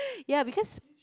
ya because